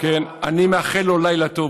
אני מאחל לו לילה טוב.